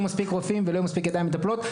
מספיק רופאים ולא יהיו מספיק ידיים מטפלות.